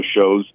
shows